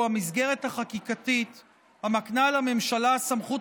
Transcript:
הוא המסגרת החקיקתית המקנה לממשלה סמכות